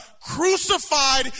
crucified